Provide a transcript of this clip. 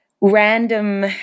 random